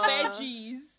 Veggies